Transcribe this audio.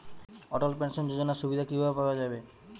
অটল pension যোজনার সুবিধা কি ভাবে পাওয়া যাবে?